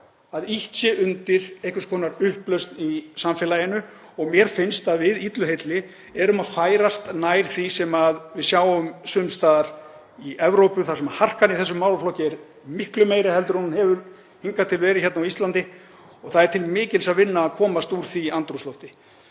að ýtt sé undir einhvers konar upplausn í samfélaginu og mér finnst að við séum illu heilli að færast nær því sem við sjáum sums staðar í Evrópu, þar sem harkan í þessum málaflokki er miklu meiri en hún hefur hingað til verið hérna á Íslandi. Og það er til mikils að vinna að komast úr því andrúmslofti.